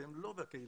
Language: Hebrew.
שהם לא בקהילה,